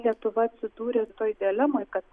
lietuva atsidūrė toj dilemoj kad